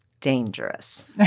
dangerous